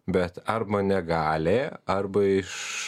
bet arba negali arba iš